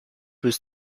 was